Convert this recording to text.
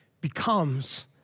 becomes